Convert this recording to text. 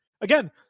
again